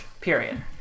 Period